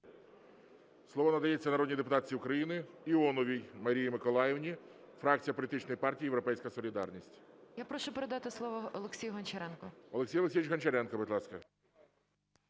Слово надається народній депутатці України Іоновій Марії Миколаївні, фракція політичної партії "Європейська солідарність". 11:01:30 ІОНОВА М.М. Я прошу передати слово Олексію Гончаренку. ГОЛОВУЮЧИЙ. Олексій Олексійович Гончаренко, будь ласка.